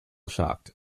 shocked